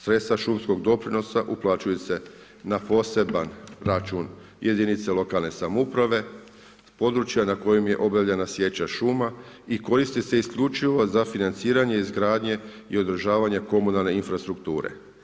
Sredstva šumskog doprinosa uplaćuju se na poseban račun jedinica lokalne samouprave s područja na kojem je obavljena sječa šuma i koristi se isključivo za financiranje izgradnje i održavanje komunalne infrastrukture.